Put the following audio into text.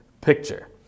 picture